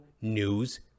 news